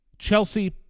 Chelsea